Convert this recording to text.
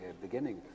beginning